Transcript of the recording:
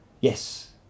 yes